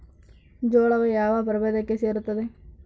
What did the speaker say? ಜೋಳವು ಯಾವ ಪ್ರಭೇದಕ್ಕೆ ಸೇರುತ್ತದೆ?